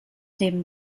neben